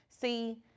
See